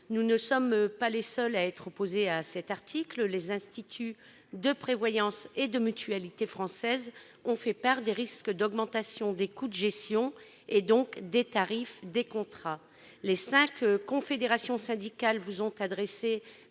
nous ne sommes pas les seuls ! Les institutions de prévoyance et la mutualité française ont fait part des risques d'augmentation des coûts de gestion et, par conséquent, des tarifs des contrats. Les cinq confédérations syndicales vous ont adressé